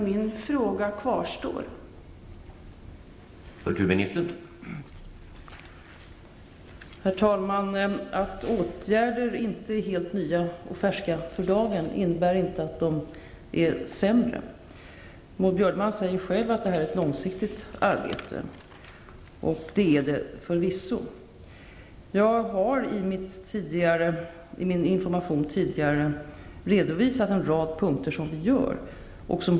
Min fråga kvarstår därför.